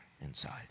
inside